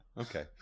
Okay